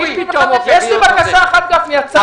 יש לי בקשה אחת, גפני, הצעה.